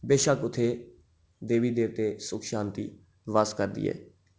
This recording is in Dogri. बशक्क उत्थै देवी देवते सुख शांति बास करदी ऐ